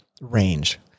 range